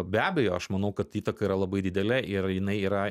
be abejo aš manau kad įtaka yra labai didelė ir jinai yra